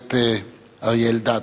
הכנסת אריה אלדד.